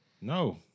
No